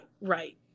Right